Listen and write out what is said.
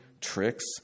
tricks